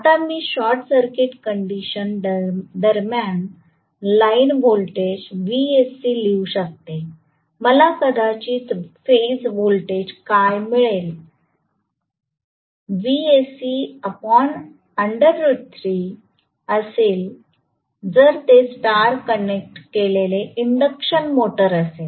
आता मी short circuit condition दरम्यान लाइन व्होल्टेज Vsc लिहू शकते मला कदाचित फेज व्होल्टेज काय मिळेल असेल जर ते स्टार कनेक्ट केलेले इंडक्शन मोटर असेल